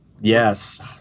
Yes